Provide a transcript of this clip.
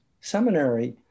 Seminary